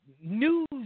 News